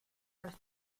las